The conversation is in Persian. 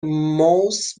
ماوس